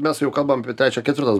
mes jau kalbam apie trečią ketvirtą